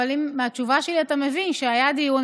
אבל מהתשובה שלי אתה מבין שהיה דיון,